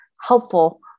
helpful